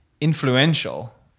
influential